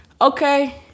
okay